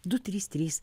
du trys trys